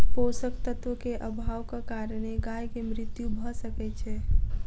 पोषक तत्व के अभावक कारणेँ गाय के मृत्यु भअ सकै छै